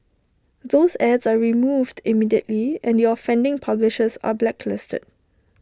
those ads are removed immediately and the offending publishers are blacklisted